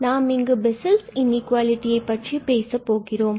நாம் இங்கு Bessel's inequality பற்றி பேசப்போகிறோம்